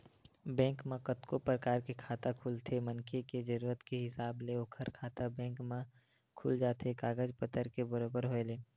bank म कतको परकार के खाता खुलथे मनखे के जरुरत के हिसाब ले ओखर खाता बेंक म खुल जाथे कागज पतर के बरोबर होय ले